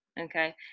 okay